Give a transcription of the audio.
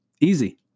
Easy